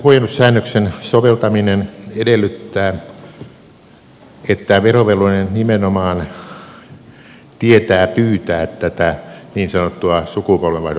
huojennussäännöksen soveltaminen edellyttää että verovelvollinen nimenomaan tietää pyytää tätä niin sanottua sukupolvenvaihdoshuojennusta